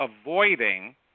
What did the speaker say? avoiding